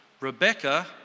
Rebecca